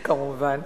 כמובן.